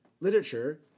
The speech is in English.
literature